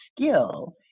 skill